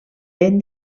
ben